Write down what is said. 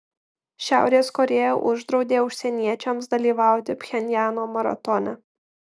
šiaurės korėja uždraudė užsieniečiams dalyvauti pchenjano maratone